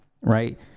right